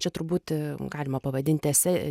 čia turbūt galima pavadinti esė